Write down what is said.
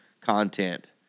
content